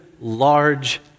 large